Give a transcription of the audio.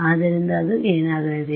ಆದ್ದರಿಂದ ಅದು ಏನಾಗಲಿದೆ